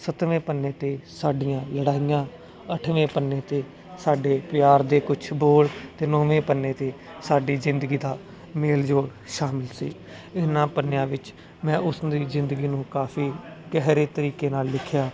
ਸੱਤਵੇਂ ਪੰਨੇ ਤੇ ਸਾਡੀਆਂ ਲੜਾਈਆਂ ਅੱਠਵੇਂ ਪੰਨੇ ਤੇ ਸਾਡੇ ਪਿਆਰ ਦੇ ਕੁਛ ਬੋਲ ਤੇ ਨੌਵੇਂ ਪੰਨੇ ਤੇ ਸਾਡੀ ਜ਼ਿੰਦਗੀ ਦਾ ਮੇਲ ਜੋਲ ਸ਼ਾਮਲ ਸੀ ਇਹਨਾਂ ਪੰਨਿਆਂ ਵਿੱਚ ਮੈਂ ਉਸਦੀ ਜ਼ਿੰਦਗੀ ਨੂੰ ਕਾਫੀ ਗਹਿਰੇ ਤਰੀਕੇ ਨਾਲ ਲਿਖਿਆ